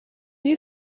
you